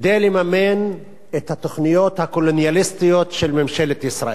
כדי לממן את התוכניות הקולוניאליסטיות של ממשלת ישראל?